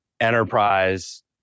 enterprise